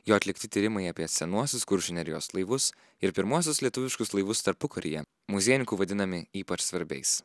jo atlikti tyrimai apie senuosius kuršių nerijos laivus ir pirmuosius lietuviškus laivus tarpukaryje muziejininkų vadinami ypač svarbiais